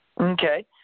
Okay